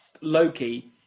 Loki